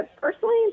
Personally